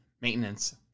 maintenance